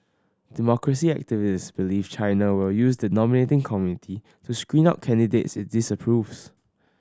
democracy activists believe China will use the nominating committee to screen out candidates it's disapproves